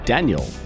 Daniel